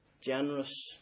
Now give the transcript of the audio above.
generous